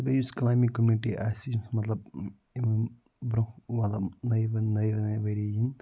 بیٚیہِ یُس climbing community آسہِ مَطلَب یمن برونٛہہ نَیہِ نَیہِ ؤریہِ یِنۍ